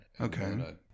Okay